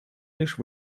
лишь